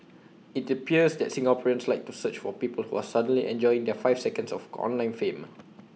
IT appears that Singaporeans like to search for people who are suddenly enjoying their five seconds of online fame